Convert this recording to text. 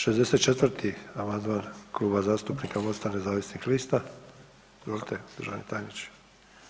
64. amandman Kluba zastupnika MOST-a nezavisnih lista, izvolite državni tajniče.